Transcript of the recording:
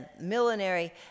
millinery